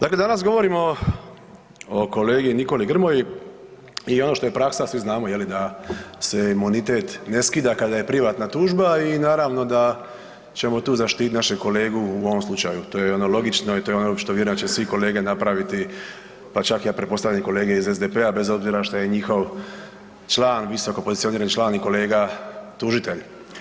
Dakle, danas govorimo o kolegi Nikoli Grmoji i ono što je praksa, a svi znamo da se imunitet ne skida kada je privatna tužba i naravno da ćemo tu zaštititi našeg kolegu u ovom slučaju, to je ono što je logično i to je ono što će inače svi kolege napraviti pa čak ja pretpostavljam i kolege iz SDP-a bez obzira što je njihov član, visokopozicionirani član i kolega tužitelj.